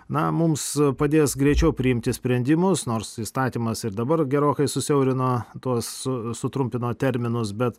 na mums padės greičiau priimti sprendimus nors įstatymas ir dabar gerokai susiaurino tuos sutrumpino terminus bet